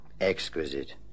Exquisite